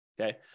Okay